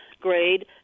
grade